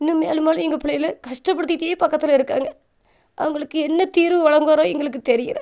இன்னும் மேலும் மேலும் எங்கள் புள்ளைவோல கஷ்டப்படுத்திகிட்டே பக்கத்தில் இருக்காங்க அவங்களுக்கு என்ன தீர்வு வழங்குவாரோ எங்களுக்கு தெரியலை